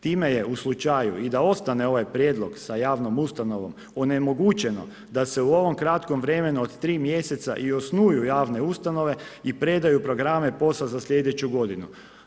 Time je u slučaju i da ostane ovaj prijedlog sa javnom ustanovom, onemogućeno da se u ovom kratkom vremenu od 3 mj. i osnuju javne ustanove i predaju programe POS-a za slijedeću godinu.